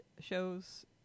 shows